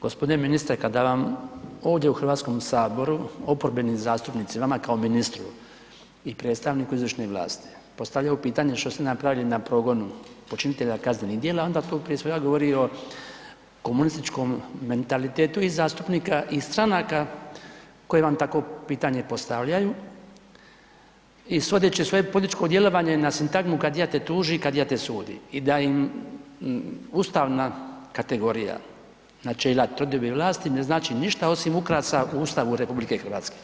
Gospodine ministre kada vam ovdje u Hrvatskom saboru oporbeni zastupnici, vama kao ministru i predstavniku izvršne vlasti postavljaju pitanje što ste napravili na progonu počinitelja kaznenih djela onda to prije svega govori o komunističkom mentalitetu i zastupnika i stranaka koje vam takvo pitanje postavljaju i svodeći svoje političko djelovanje na sintagmu „kadija te tuži, kadija te sudi“ i da im ustavna kategorija načela …/nerazumljivo/… vlasti ne znači ništa osim ukrasa u Ustavu RH.